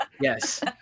Yes